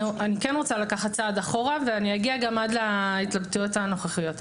אני כן רוצה לקחת צעד אחורה ואני אגיע עד להתלבטויות הנוכחיות.